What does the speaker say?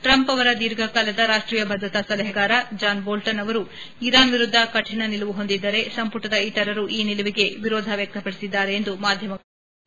Trump ಅವರ ದೀರ್ಘಕಾಲದ ರಾಷ್ಷೀಯ ಭದ್ರತಾ ಸಲಹೆಗಾರ ಜಾನ್ ಬೋಲ್ಲನ್ ಅವರು ಇರಾನ್ ವಿರುದ್ದ ಕಠಣ ನಿಲುವು ಹೊಂದಿದ್ದರೆ ಸಂಪುಟದ ಇತರರು ಈ ನಿಲುವಿಗೆ ವಿರೋಧ ವ್ಯಕ್ತಪಡಿಸಿದ್ದಾರೆ ಎಂದು ಮಾಧ್ಯಮಗಳು ವರದಿ ಮಾಡಿವೆ